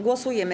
Głosujemy.